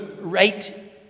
right